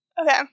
Okay